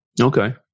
okay